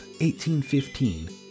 1815